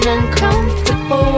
Uncomfortable